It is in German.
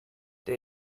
der